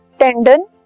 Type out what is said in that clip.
tendon